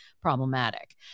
problematic